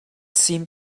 seemed